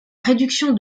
réduction